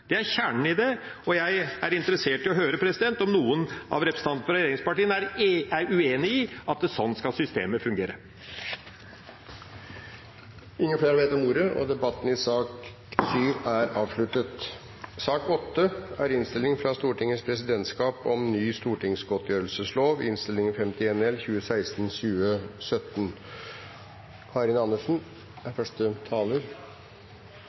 Det er kjernen i det, og jeg er interessert i å høre om noen av representantene fra regjeringspartiene er uenig i at sånn skal systemet fungere. Flere har ikke bedt om ordet til sak nr. 7. I og med at vi ikke sitter i